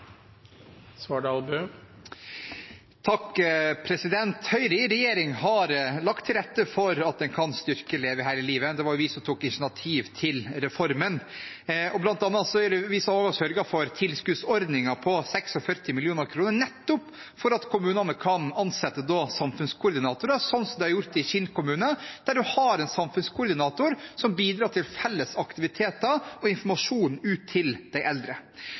Høyre i regjering har lagt til rette for at en kan styrke Leve hele livet. Det var vi som tok initiativ til reformen, og bl.a. er det også vi som har sørget for tilskuddsordningen på 46 mill. kr, nettopp for at kommunene skal kunne ansette samfunnskoordinatorer – slik de har gjort i Kinn kommune, der de har en samfunnskoordinator som bidrar med felles aktiviteter og informasjon til de eldre.